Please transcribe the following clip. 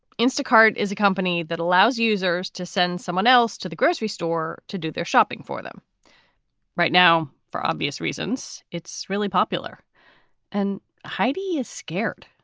instacart is a company that allows users to send someone else to the grocery store to do their shopping for them right now. for obvious reasons, it's really popular and heidi is scared.